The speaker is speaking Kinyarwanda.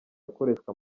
akoreshwa